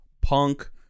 punk